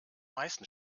meisten